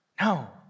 No